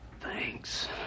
Thanks